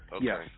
Yes